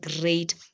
great